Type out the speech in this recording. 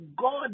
God